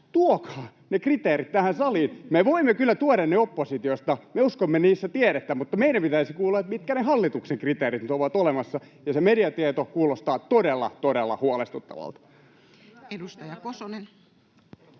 tuokaa ne kriteerit tähän saliin. Me voimme kyllä tuoda ne oppositiosta, me uskomme niissä tiedettä, mutta meidän pitäisi kuulla, mitkä ne hallituksen kriteerit nyt ovat. Se mediatieto kuulostaa todella, todella huolestuttavalta. [Speech